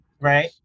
right